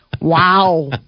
Wow